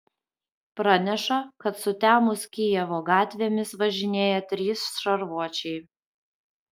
praneša kad sutemus kijevo gatvėmis važinėja trys šarvuočiai